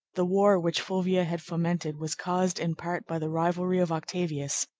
the war which fulvia had fomented was caused, in part, by the rivalry of octavius,